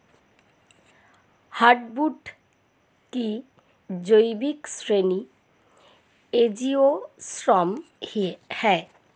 hardwood की जैविक श्रेणी एंजियोस्पर्म है